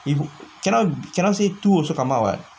you cannot cannot say two also come out [what]